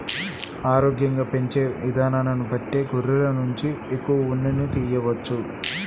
ఆరోగ్యంగా పెంచే ఇదానాన్ని బట్టే గొర్రెల నుంచి ఎక్కువ ఉన్నిని తియ్యవచ్చు